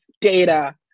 data